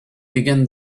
being